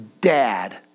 dad